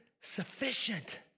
sufficient